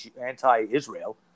anti-Israel